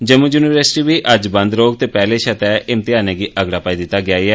Jammu university बी अज्ज बंद रौहग ते पैहलें शां तैय इम्तेयानें गी अगड़ा पई दिता गेआ ऐ